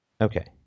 Okay